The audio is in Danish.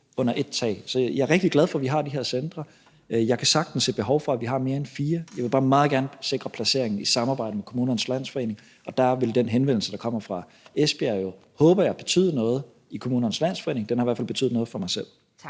Så jeg er rigtig glad for, at vi har de her centre, og jeg kan sagtens se behovet for, at vi har mere end fire. Jeg vil bare meget gerne sikre placeringen i samarbejde med Kommunernes Landsforening, og der vil den henvendelse, der kommer fra Esbjerg, håber jeg, betyde noget i Kommunernes Landsforening; den har i hvert fald betydet noget for mig selv.